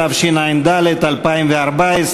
התשע"ד 2014,